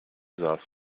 saß